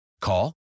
Call